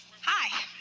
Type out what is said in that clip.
Hi